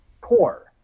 core